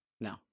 No